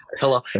Hello